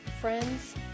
friends